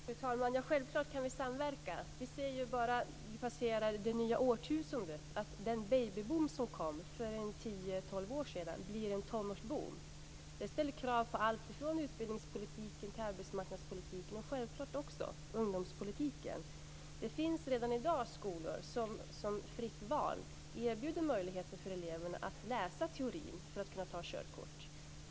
Fru talman! Ja, självklart kan vi samverka. Vi ser ju, bara vi passerar det nya årtusendet, att den babyboom som kom för tio till tolv år sedan blir en tonårsboom. Det ställer krav på allt från utbildningspolitiken till arbetsmarknadspolitiken och självklart också på ungdomspolitiken. Det finns redan i dag skolor där man som fritt val erbjuder eleverna möjlighet att läsa teorin för att kunna ta körkort.